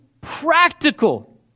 practical